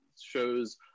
shows